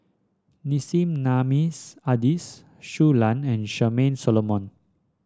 Nissim Nassim Adis Shui Lan and Charmaine Solomon